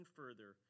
further